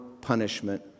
punishment